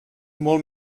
molt